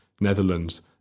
netherlands